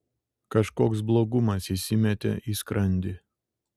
kažkoks blogumas įsimetė į skrandį